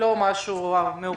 לא משהו מיוחד.